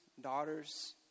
daughters